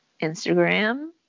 Instagram